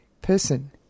person